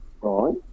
right